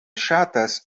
ŝatas